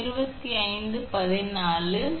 எனவே இந்த வெப்பம் சரியாக வெளியேற்றப்படும்